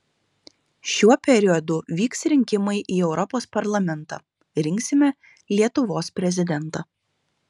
šiuo periodu vyks rinkimai į europos parlamentą rinksime lietuvos prezidentą